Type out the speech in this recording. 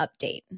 update